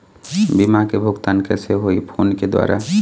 बीमा के भुगतान कइसे होही फ़ोन के द्वारा?